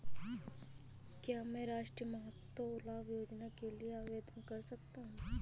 क्या मैं राष्ट्रीय मातृत्व लाभ योजना के लिए आवेदन कर सकता हूँ?